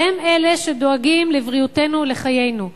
שהם אלה שדואגים לבריאותנו ולחיינו.